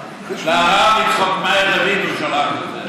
לרב יצחק מאיר לוין הוא שלח את זה.